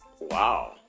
Wow